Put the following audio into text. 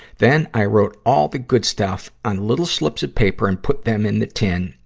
then, i wrote all the good stuff on little slips of paper and put them in the tin,